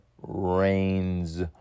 Reigns